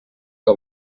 que